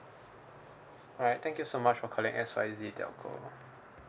alright thank you so much for calling X Y Z telco